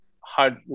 hard